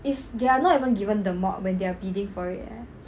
is they are not even given the mod when they're bidding for it eh